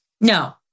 No